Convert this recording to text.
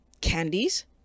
candies